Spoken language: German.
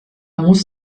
muss